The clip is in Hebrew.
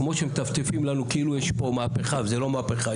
כמו שמטפטפים לנו כאילו יש מהפיכה וזו לא מהפיכה,